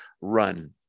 run